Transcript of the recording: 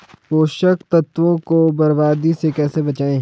पोषक तत्वों को बर्बादी से कैसे बचाएं?